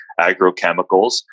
agrochemicals